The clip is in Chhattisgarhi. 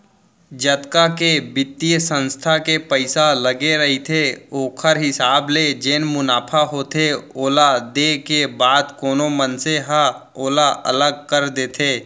जतका के बित्तीय संस्था के पइसा लगे रहिथे ओखर हिसाब ले जेन मुनाफा होथे ओला देय के बाद कोनो मनसे ह ओला अलग कर देथे